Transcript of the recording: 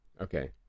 Okay